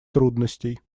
трудностей